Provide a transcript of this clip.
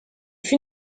fut